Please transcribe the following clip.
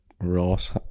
Ross